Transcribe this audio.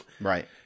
Right